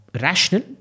rational